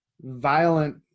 violent